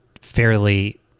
fairly